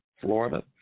Florida